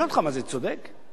היצואנים מרוויחים הכי הרבה כסף.